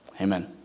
Amen